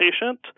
patient